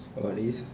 all this